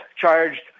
charged